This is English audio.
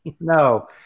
No